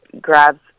grabs